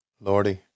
Lordy